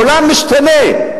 העולם משתנה,